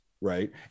right